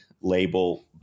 label